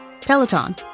Peloton